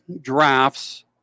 drafts